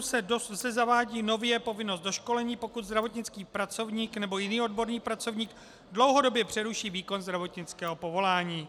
Na druhou stranu se zavádí nově povinnost doškolení, pokud zdravotnický pracovník nebo jiný odborný pracovník dlouhodobě přeruší výkon zdravotnického povolání.